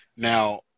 Now